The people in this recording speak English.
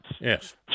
yes